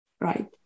right